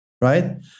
right